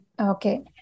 Okay